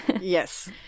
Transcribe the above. yes